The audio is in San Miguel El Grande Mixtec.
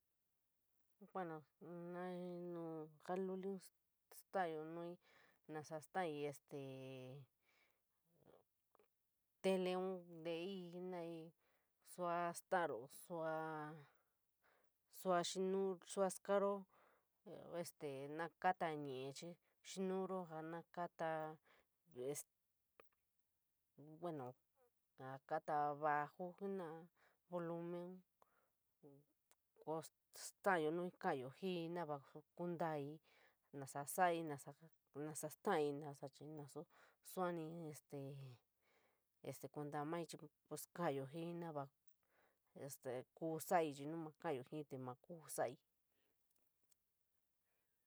Bueno, nu jaluliun staiyo nuii nasa staii este teleun teii peno ii, sua staro, suásua snuro, sua skaaro, este na kato ññii, chii snuro jaa kato este bueno noa kato bajo jenara volumen koo staiyo nuii karayo ji ii, nuva kuntaii nasa sori, nasa staiii, nasa chii nasu sami este kuuntao maii chii pos karayo jii jeenora naa este kuu sorií chii nu maa karayo jii te maa kuu sori.